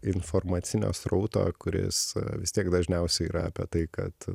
informacinio srauto kuris vis tiek dažniausiai yra apie tai kad